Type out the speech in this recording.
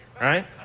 right